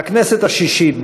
בכנסת השישית,